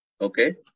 Okay